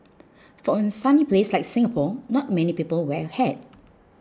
for a sunny place like Singapore not many people wear a hat